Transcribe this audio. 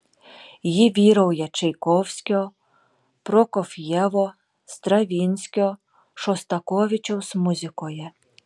ji vyrauja čaikovskio prokofjevo stravinskio šostakovičiaus muzikoje